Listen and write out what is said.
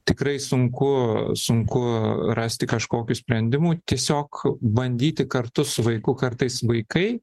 tikrai sunku sunku rasti kažkokių sprendimų tiesiog bandyti kartu su vaiku kartais vaikai